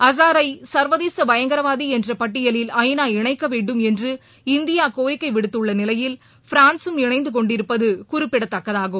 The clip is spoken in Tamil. அசாரை சர்வதேச பயங்கரவாதி என்ற பட்டியலில் ஐ நா இணைக்க வேண்டும் என்று இந்தியா கோரிக்கை விடுத்துள்ள நிலையில் பிரான்ஸும் இணைந்துகொண்டிருப்பது குறிப்பிடத்தக்கதாகும்